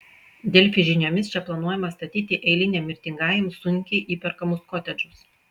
delfi žiniomis čia planuojama statyti eiliniam mirtingajam sunkiai įperkamus kotedžus